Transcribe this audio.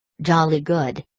jolly good!